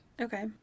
Okay